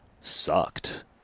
sucked